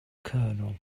colonel